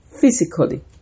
physically